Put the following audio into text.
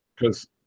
Because-